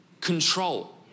Control